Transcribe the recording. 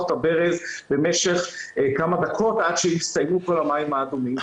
את הברז במשך כמה דקות עד שהסתיימו כל המים האדומים.